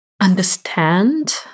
understand